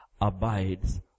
Abides